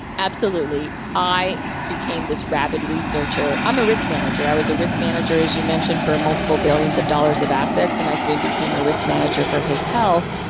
absolutely. i became this rabid researcher. i'm a risk manager. i was a risk manager as you mentioned for multiple billions of dollars of assets and i soon became a risk manager for his health.